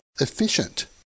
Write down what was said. efficient